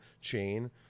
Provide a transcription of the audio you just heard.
chain